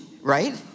right